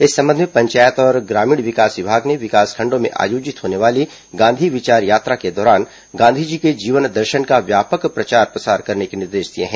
इस संबंध में पंचायत और ग्रामीण विकास विभाग ने विकासखंडों में आयोजित होने वाले गांधी विचार यात्रा के दौरान गांधी जी के जीवन दर्शन का व्यापक प्रचार प्रसार करने के निर्देश दिए हैं